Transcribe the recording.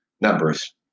Numbers